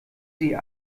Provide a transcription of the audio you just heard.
sie